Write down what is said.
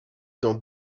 dans